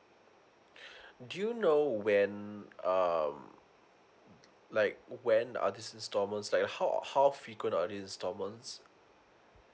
do you know when um like when are this installments like how how frequent are this instalments